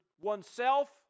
oneself